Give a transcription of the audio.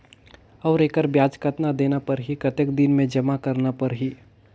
और एकर ब्याज कतना देना परही कतेक दिन मे जमा करना परही??